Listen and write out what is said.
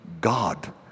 God